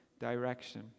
direction